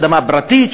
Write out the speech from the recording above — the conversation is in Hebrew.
אדמה פרטית,